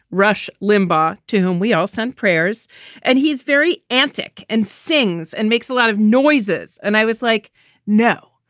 rush limbaugh, to whom we all sent prayers and he's very antic and sings and makes a lot of noises. and i was like no.